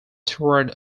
toward